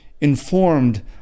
informed